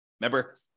Remember